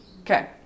Okay